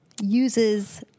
Uses